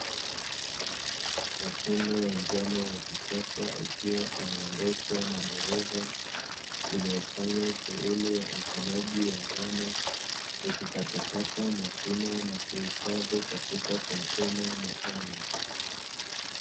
Mashine ya njano ya kisasa, ikiwa inaendeshwa na dereva, inayofanya shughuli ya uvunaji wa ngano, ikikatakata mashina na kuhifadhi katika kontena maalumu.